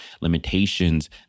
limitations